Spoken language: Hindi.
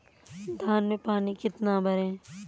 धान में पानी कितना भरें?